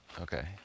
okay